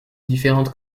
différentes